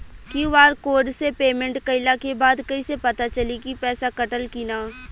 QR code से payment कईला के बाद कईसे पता चली की पैसा कटल की ना?